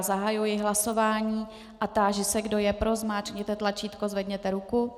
Zahajuji hlasování a táži se, kdo je pro, zmáčkněte tlačítko, zvedněte ruku.